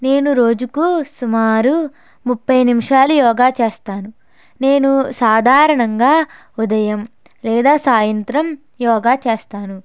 నేను రోజుకు సుమారు మూప్పై నిమిషాలు యోగా చేస్తాను నేను సాధారణంగా ఉదయం లేదా సాయంత్రం యోగా చేస్తాను